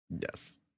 Yes